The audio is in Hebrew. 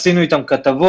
עשינו איתם כתבות